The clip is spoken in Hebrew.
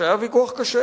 שהיה ויכוח קשה